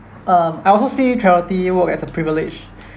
um I also see charity work as a privilege